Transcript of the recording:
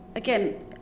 Again